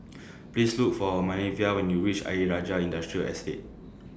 Please Look For Manervia when YOU REACH Ayer Rajah Industrial Estate